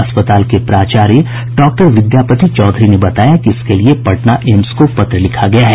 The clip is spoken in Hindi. अस्पताल के प्राचार्य डॉक्टर विद्यापति चौधरी ने बताया कि इसके लिए पटना एम्स को पत्र लिखा गया है